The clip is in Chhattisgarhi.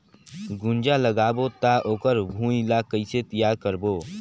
गुनजा लगाबो ता ओकर भुईं ला कइसे तियार करबो?